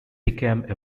became